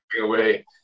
away